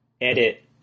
edit